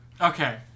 Okay